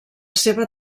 seva